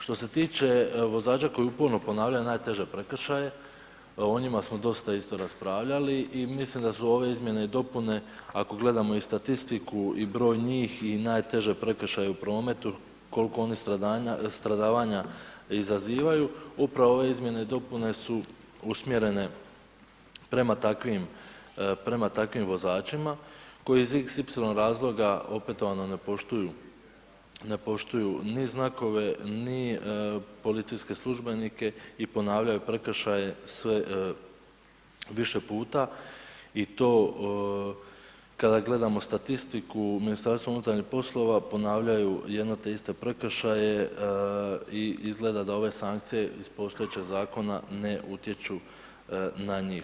Što se tiče vozača koji uporno ponavljaju najteže prekršaje, o njima smo dosta isto raspravljali i mislim da su ove Izmjene i dopune ako gledamo i statistiku i broj njih, i najteže prekršaje u prometu, koliko oni stradavanja izazivaju, upravo ove Izmjene i dopune su usmjerene prema takvim vozačima, koji iz xy razloga opetovano ne poštuju ni znakove, ni policijske službenike i ponavljaju prekršaje sve više puta, i to kada gledamo statistiku Ministarstva unutarnjih poslova ponavljaju jedne te iste prekršaje, i izgleda da ove sankcije iz postojećeg Zakona ne utječu na njih.